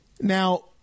Now